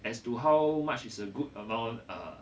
as to how much is a good amount uh